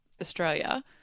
Australia